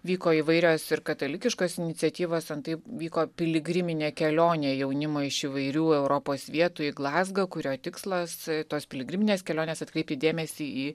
vyko įvairios ir katalikiškos iniciatyvos antai vyko piligriminė kelionė jaunimo iš įvairių europos vietų į glazgą kurio tikslas tos piligriminės kelionės atkreipti dėmesį į